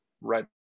right